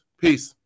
peace